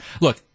Look